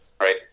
right